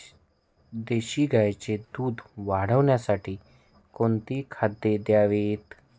देशी गाईचे दूध वाढवण्यासाठी कोणती खाद्ये द्यावीत?